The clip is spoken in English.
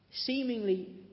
Seemingly